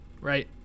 right